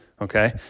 okay